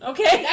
Okay